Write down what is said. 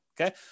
Okay